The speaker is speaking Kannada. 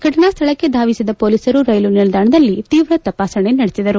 ಫಟನಾ ಸ್ಥಳಕ್ಕೆ ಧಾವಿಸಿದ ಪೊಲೀಸರು ರೈಲು ನಿಲ್ದಾಣದಲ್ಲಿ ತೀವ್ರ ತಪಾಸಣೆ ನಡೆಸಿದರು